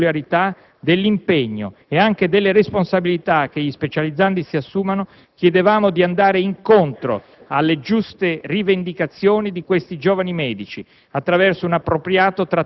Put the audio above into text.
Proprio in virtù di queste peculiarità, dell'impegno e anche delle responsabilità che gli specializzandi assumono, chiedevamo di andare incontro alle giuste rivendicazioni di questi giovani medici